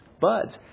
buds